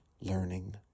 learning